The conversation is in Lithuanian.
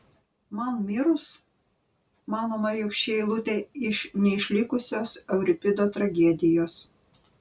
man mirus manoma jog ši eilutė iš neišlikusios euripido tragedijos